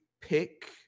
pick